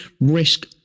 risk